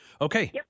Okay